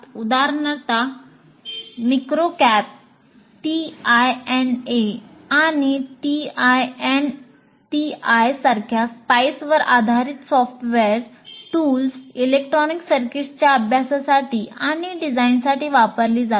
उदाहरणार्थ MicroCap TINA आणि TINA TI सारख्या स्पाईसवर आधारित सॉफ्टवेअर टूल्स इलेक्ट्रॉनिक सर्किट्सच्या अभ्यासासाठी आणि डिझाइनसाठी वापरली जातात